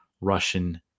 Russian